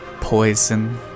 poison